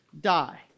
die